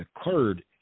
occurred